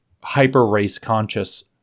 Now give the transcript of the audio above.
hyper-race-conscious